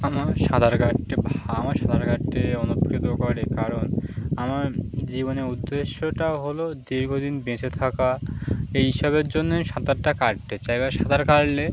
আমার সাঁতার কাটতে আমার সাঁতার কাটতে করে কারণ আমার জীবনে উদ্দেশ্যটা হলো দীর্ঘদিন বেঁচে থাকা এই সবের জন্য আমি সাঁতারটা কাটতে চাই বা সাঁতার কাটলে